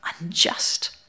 unjust